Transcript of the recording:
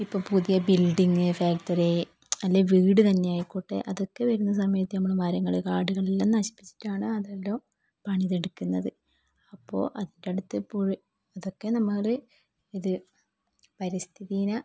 ഇപ്പോ ൾ പുതിയ ബിൽഡിങ്ങ് ഫാക്ടറി അല്ലേ വീട് തന്നെയായിക്കോട്ടെ അതൊക്കെ വരുന്ന സമയത്ത് നമ്മൾ മരങ്ങൾ കാടുകളെല്ലാം നശിപ്പിച്ചിട്ടാണ് അതെല്ലാം പണിതെടുക്കുന്നത് അപ്പോൾ അതിൻ്റടുത്ത് പുഴ അതൊക്കെ നമ്മൾ ഇത് പരിസ്ഥിതിയെ